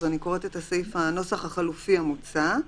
אני קוראת את הנוסח החלופי המוצע.